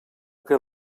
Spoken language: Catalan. que